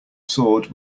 sword